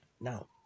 Now